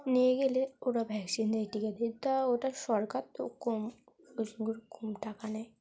নিয়ে গেলে ওরা ভ্যাকসিন দেয় টিকা দেয় তা ওটা সরকার তো কম কম টাকা নেয়